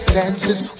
dances